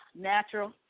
natural